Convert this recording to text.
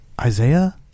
Isaiah